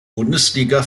bundesliga